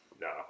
No